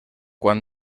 quan